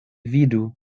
vidu